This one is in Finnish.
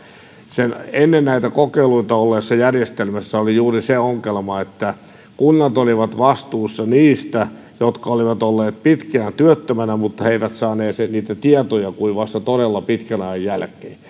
ennen näitä kokeiluita olleessa järjestelmässä oli juuri se ongelma että kunnat olivat vastuussa niistä jotka olivat olleet pitkään työttöminä mutta ne eivät saaneet niitä tietoja kuin vasta todella pitkän ajan jälkeen